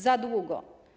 Za długo.